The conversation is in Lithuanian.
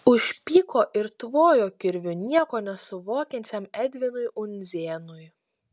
užpyko ir tvojo kirviu nieko nesuvokiančiam edvinui undzėnui